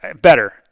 Better